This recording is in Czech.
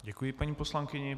Děkuji, paní poslankyně.